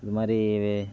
இது மாதிரி